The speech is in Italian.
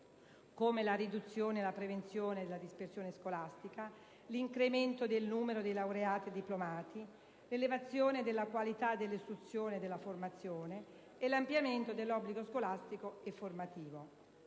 la riduzione e la prevenzione della dispersione scolastica, l'incremento del numero dei laureati e diplomati, l'elevazione della qualità dell'istruzione e della formazione e l'ampliamento dell'obbligo scolastico e formativo.